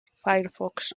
firefox